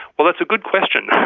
well, that's a good question.